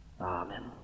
Amen